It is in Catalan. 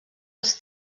els